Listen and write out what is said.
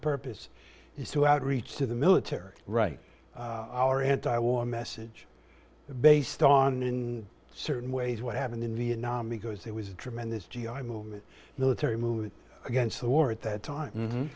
purpose is to outreach to the military right our anti war message based on in certain ways what happened in vietnam because there was a tremendous g i movement military movement against the war at that time